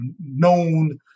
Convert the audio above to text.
known